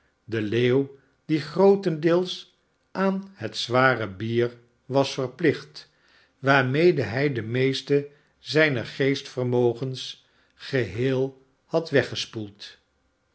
de leeuw die grootendeels aan het zware bier was verplicht waarmede hij de meeste zijner geestvermogens geheel had weggespoeld